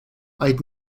i’d